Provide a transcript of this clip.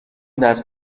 دست